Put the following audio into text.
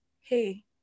hey